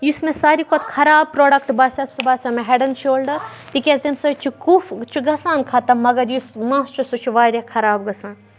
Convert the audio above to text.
یُس مےٚ سارِوٕے کھۄتہٕ خراب پرٛوڈَکٹہٕ باسٮ۪و سُہ باسٮ۪و مےٚ ہیٚڈ اینٛڈ شولڈَر تِکیٛازِ تَمہِ سۭتۍ چھُ کُف چھُ گَژھان ختٕم مگر یُس مَس چھُ سُہ چھُ واریاہ خراب گَژھان